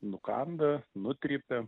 nukanda nutrypia